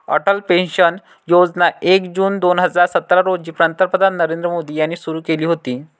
Atal pension योजना एक जून दोन हजार सतरा रोजी पंतप्रधान नरेंद्र मोदी यांनी सुरू केली होती